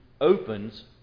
opens